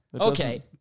Okay